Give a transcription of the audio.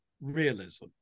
realism